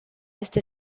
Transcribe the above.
este